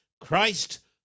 Christ